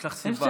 יש לך סיבה.